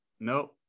Nope